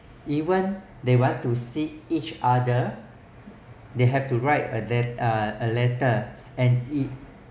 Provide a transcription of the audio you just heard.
even they want to see each other they have to write a lett~ uh a letter and it